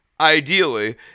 Ideally